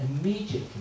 immediately